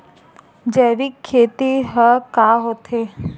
जैविक खेती ह का होथे?